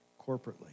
corporately